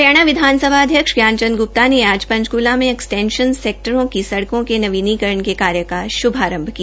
हरियाणा विधानसभा अध्यक्ष ज्ञान चंद ग्र्प्ता ने आज पंचकला में एक्सटेंश्न सेक्टरों की सड़कों के नवीनीकरण के कार्य का शुभारंभ किया